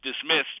dismissed